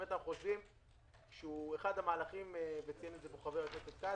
אנחנו חושבים שהוא אחד המהלכים וציין את זה חבר הכנסת כץ